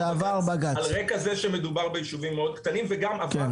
על רקע זה שמדובר ביישובים מאוד קטנים, וגם עבר